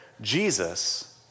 Jesus